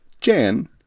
Jan